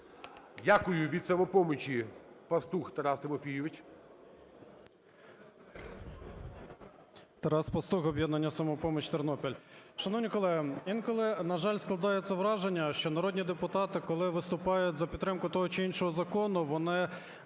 Дякую. Від "Самопомочі" Пастух Тарас Тимофійович.